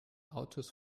autos